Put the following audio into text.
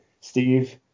steve